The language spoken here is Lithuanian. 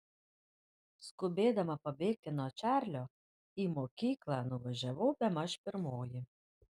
skubėdama pabėgti nuo čarlio į mokyklą nuvažiavau bemaž pirmoji